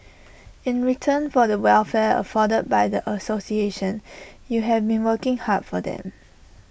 in return for the welfare afforded by the association you have been working hard for them